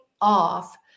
off